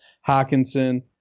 Hawkinson